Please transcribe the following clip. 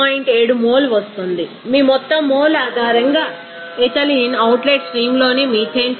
7 mole వస్తుంది మీ మొత్తం మోల్ ఆధారంగా ఇథిలీన్ అవుట్లెట్ స్ట్రీమ్లోని మీథేన్ తెలుసు